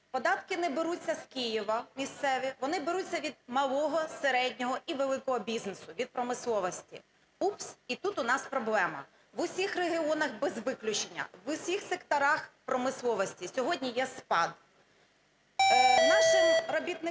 Податки не беруться з Києва місцеві, вони беруться від малого, середнього і великого бізнесу від промисловості. Упс – і тут у нас проблема. В усіх регіонах без виключення, в усіх секторах промисловості сьогодні є спад.